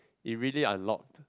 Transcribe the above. it really unlocked